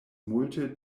multe